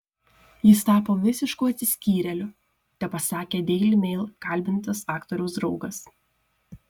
jis tapo visišku atsiskyrėliu tepasakė daily mail kalbintas aktoriaus draugas